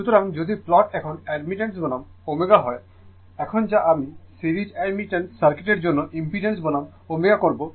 সুতরাং যদি প্লট এখন অ্যাডমিটেন্স বনাম ω হয় এখন যা আমি সিরিজ অ্যাডমিটেন্স সার্কিটের জন্য ইম্পিডেন্স বনাম ω করব